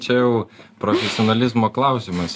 čia jau profesionalizmo klausimas